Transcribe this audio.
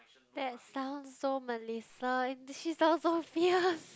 that sounds so Melissa and she sounds so fierce